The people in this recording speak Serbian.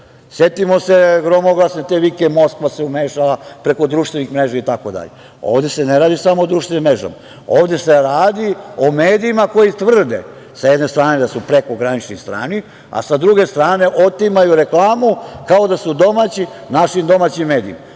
Setimo se gromoglasne vike – Moskva se umešala preko društvenih mreža itd. Ovde se ne radi samo o društvenim mrežama. Ovde se radi o medijima koji tvrde, sa jedne strane, da su prekogranični, strani, a sa druge strane otimaju reklamu, kao da su domaći, našim domaćim medijima.